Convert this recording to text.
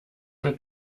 mir